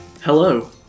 Hello